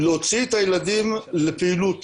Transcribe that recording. להוציא את הילדים לפעילות,